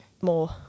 more